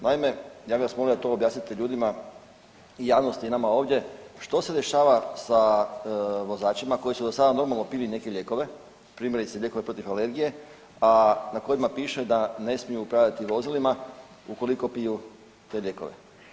Naime, ja vas molim da to objasnite ljudima i javnosti i nama ovdje, što se dešava sa vozačima koji jsu do sada normalno pili neke lijekove, primjerice lijekove protiv alergije, a na kojima piše da ne smiju upravljati vozilima ukoliko piju te lijekove.